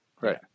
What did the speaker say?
Right